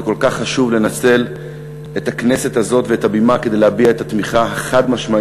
זה כל כך חשוב לנצל את הכנסת הזאת ואת הבמה כדי להביע את התמיכה החד-משמעית